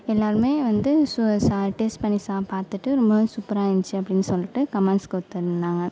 எல்லோருமே வந்து டேஸ்ட் பண்ணி பார்த்துட்டு ரொம்ப சூப்பராக இருந்துச்சு அப்படினு சொல்லிட்டு கமாண்ட்ஸ் கொடுத்துருந்தாங்க